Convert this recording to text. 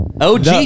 OG